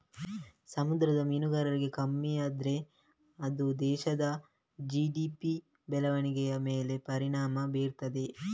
ಸಮುದ್ರ ಮೀನುಗಾರಿಕೆ ಕಮ್ಮಿ ಆದ್ರೆ ಅದು ದೇಶದ ಜಿ.ಡಿ.ಪಿ ಬೆಳವಣಿಗೆಯ ಮೇಲೆ ಪರಿಣಾಮ ಬೀರ್ತದೆ